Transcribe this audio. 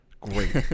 Great